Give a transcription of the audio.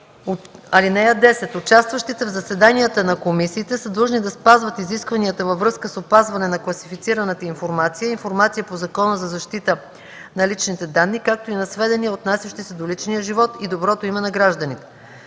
събрание. (10) Участващите в заседанията на комисиите са длъжни да спазват изискванията във връзка с опазване на класифицираната информация и информация по Закона за защита на личните данни, както и на сведения, отнасящи се до личния живот и доброто име на гражданите.